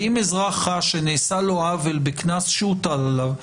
ואם אזרח חש שנעשה לו עוול בקנס שהוטל עליו,